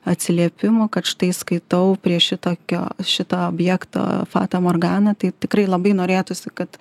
atsiliepimų kad štai skaitau prie šitokio šito objekto fatą morganą tai tikrai labai norėtųsi kad